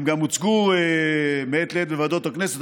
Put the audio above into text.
הם גם הוצגו מעת לעת בוועדות הכנסת,